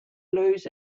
lose